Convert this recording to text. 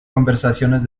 conversaciones